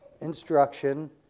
instruction